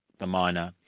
the minor,